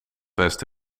west